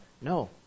No